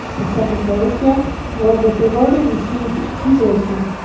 the second dose yet. however, if they've already received two doses,